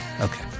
Okay